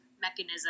mechanism